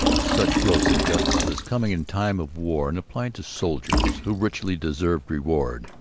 such gross injustice, coming in time of war and applied to soldiers who richly deserved reward,